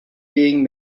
being